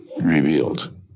revealed